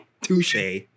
touche